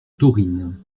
taurine